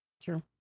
True